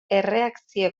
erreakzio